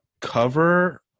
cover